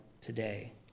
today